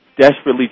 desperately